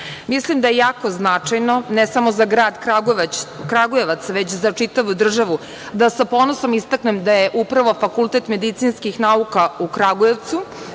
Mislim da je jako značajno, ne samo za grad Kragujevac, već za čitavu državu, da sa ponosom istaknem da je upravo Fakultet medicinskih nauka u Kragujevcu